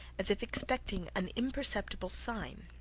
as if expecting an imperceptible sign.